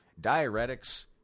Diuretics